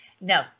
No